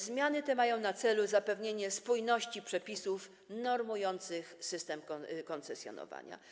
Zmiany te mają na celu zapewnienie spójności przepisów normujących system koncesjonowania.